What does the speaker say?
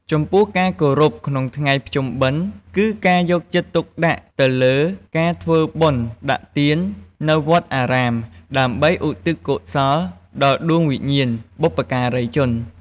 ចំពោះការគោរពក្នុងថ្ងៃភ្ជុំបិណ្ឌ គឺការយកចិត្តទុកដាក់ទៅលើការធ្វើបុណ្យដាក់ទាននៅវត្តអារាមដើម្បីឧទ្ទិសកុសលដល់ដួងវិញ្ញាណបុព្វការីជន។